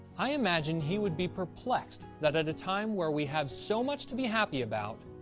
i imagine he would be perplexed that at a time where we have so much to be happy about,